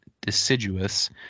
deciduous